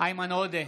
איימן עודה,